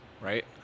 Right